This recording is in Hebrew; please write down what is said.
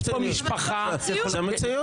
אבל זאת המציאות.